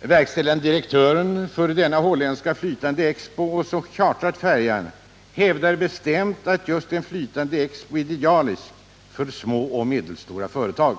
Verkställande direktören för den holländska flytande expon som chartrat färjan hävdar bestämt att just en flytande expo är idealisk för små och medelstora företag.